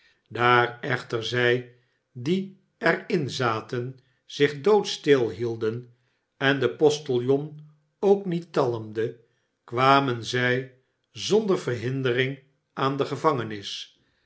daar echter zij die er in zaten zich doodstil hidden en de postiljon ook niet talmde kwamen zij zonder verhindering aan de gevangenis